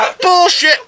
Bullshit